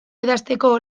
idazteko